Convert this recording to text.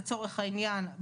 לצורך העניין,